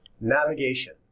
navigation